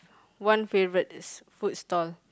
one favourite this food stall